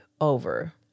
over